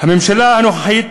הממשלה הנוכחית,